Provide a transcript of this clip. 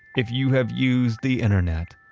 if you have used the internet,